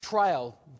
Trial